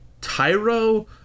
Tyro